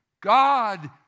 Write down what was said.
God